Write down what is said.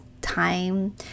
time